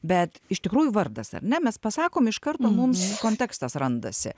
bet iš tikrųjų vardas ar ne mes pasakom iš karto mums kontekstas randasi